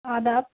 آداب